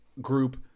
group